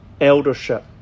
eldership